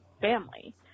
family